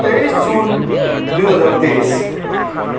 तेइस जुन दुई हजार तेइस